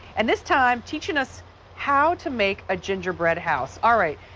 and this time teaching us how to make a gingerbread house. all right,